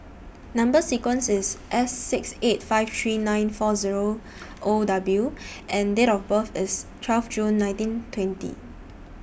Number sequence IS S six eight five three nine four Zero O W and Date of birth IS twelve June nineteen twenty